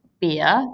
beer